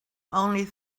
only